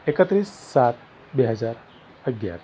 એકત્રીસ સાત બે હજાર અગિયાર